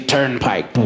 Turnpike